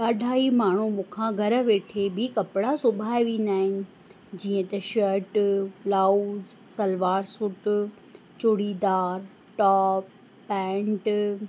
ॾाढा ई माण्हू मूंखां घरु वेठे बि कपिड़ा सिबाए वेंदा आहिनि जीअं त shirt blouse salwar suit churidar top pant